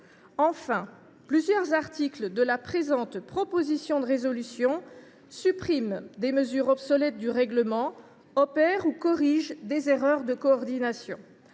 Enfin, plusieurs articles de la présente proposition de résolution suppriment des mesures obsolètes du règlement et corrigent des erreurs de coordination.